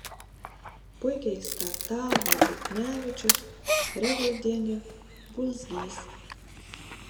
puikiai startavo duchnevičius revoldienė bulzgys